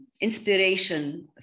inspiration